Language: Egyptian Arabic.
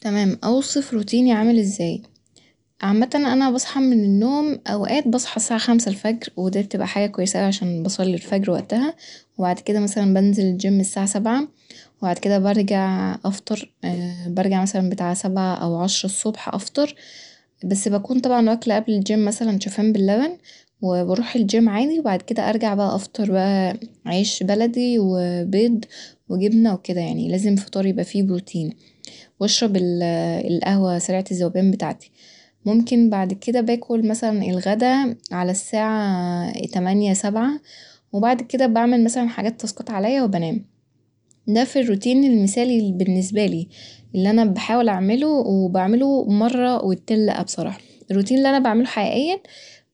تمام أوصف روتيني عامل ازاي ، عامة أنا بصحى من النوم أوقات بصحى الساعة خمسة الفجر وده بتبقى حاجة كويسة أوي عشان بصلي الفجر وقتها وبعد كده مثلا بنزل الجيم الساعة سبعة وبعد كده برجع أفطر برجع مثلا بتاع سبعة أو عشرة الصبح أفطر بس بكون طبعا واكلة قبل الجيم مثلا شوفان باللبن وبروح الجيم عادي و بعد كده أرجع بقى أفطر بقى عيش بلدي وبيض وجبنة وكده يعني لازم فطار يبقى فيه بروتين واشرب ال- القهوة سريعة الذوبان بتاعتي ، ممكن بعد كده باكل مثلا الغدا على الساعة تمانية سبعة وبعد كده بعمل مثلا حاجات تاسكات عليا وبنام ، ده ف الروتين المثالي الل بالنسبالي اللي أنا بحاول أعمله وبعمله مرة واتنين لا بصراحة ، الروتين اللي أنا بعمله حقيقيا